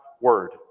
Word